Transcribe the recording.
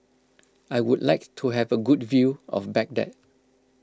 I would like to have a good view of Baghdad